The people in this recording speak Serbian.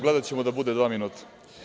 Gledaćemo da bude dva minuta.